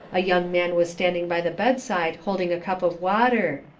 a young man was standing by the bedside holding a cup of water.